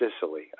Sicily